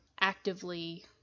actively